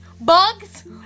Bugs